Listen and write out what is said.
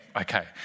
okay